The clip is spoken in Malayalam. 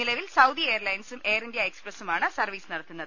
നിലവിൽ സൌദി എയർലൈൻസും എയർഇന്ത്യ എക് സ്പ്രസുമാണ് സർവീസ് നടത്തുന്നത്